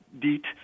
DEET